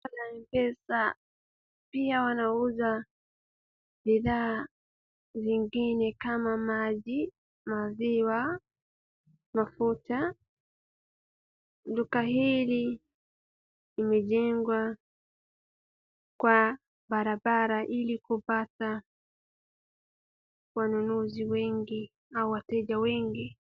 Duka la mpesa, pia wanauza bidhaa zingine kama maji, maziwa, mafuta. Duka hili limejengwa kwa barabara ili kupata wanunuzi wengi au wateja wengi.